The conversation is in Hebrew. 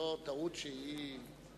זו לא טעות שהיא,